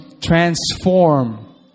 transform